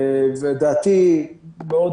ודעתי מאוד